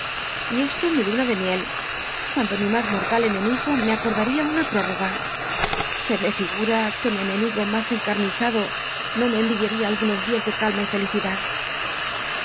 y esto en mi luna de miel cuando mi mas moi'lal enemigo me acordaria una próroga se me ligura fjuc mi enemigo más encarnizado no me erwidiaria algunos dias de c llma y felicidad